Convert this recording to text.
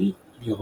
מחתרתי לרפואה.